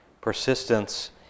Persistence